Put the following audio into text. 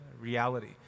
reality